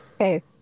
Okay